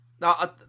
Now